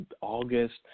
August